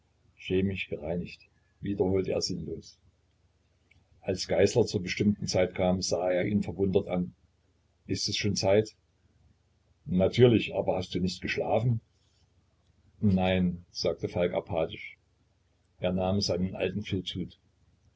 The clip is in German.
chemisch gereinigt wiederholte er sinnlos als geißler zur bestimmten zeit kam sah er ihn verwundert an ist es schon zeit natürlich aber hast du nicht geschlafen nein sagte falk apathisch er nahm seinen alten filzhut